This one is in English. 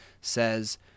says